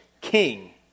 king